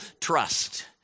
trust